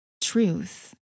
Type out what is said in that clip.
truth